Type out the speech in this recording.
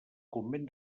convent